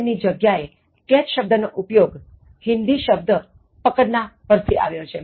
understand ની જગ્યાએ catch શબ્દ નો ઉપયોગ હિંદી શબ્દ પકડના પરથી આવ્યો છે